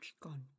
gone